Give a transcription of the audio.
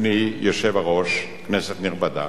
אדוני היושב-ראש, כנסת נכבדה,